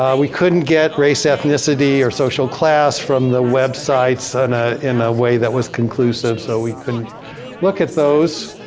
um we couldn't get race, ethnicity or social class from the websites and ah in a way that was conclusive so we couldn't look at those.